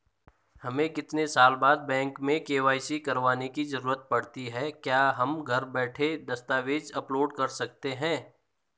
हमें कितने साल बाद बैंक में के.वाई.सी करवाने की जरूरत पड़ती है क्या हम घर बैठे दस्तावेज़ अपलोड कर सकते हैं?